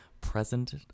present